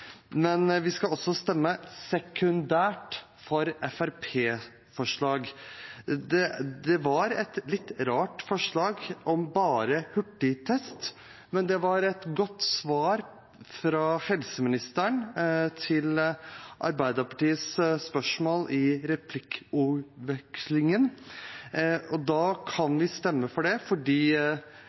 vi vil stemme sekundært for Fremskrittsparti-forslaget. Det var et litt rart forslag om bare hurtigtest, men det var et godt svar fra helseministeren på Arbeiderpartiets spørsmål i replikkordskiftet. Da kan vi stemme for det fordi